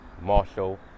Marshall